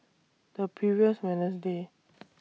The previous Wednesday